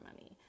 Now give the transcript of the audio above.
money